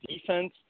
defense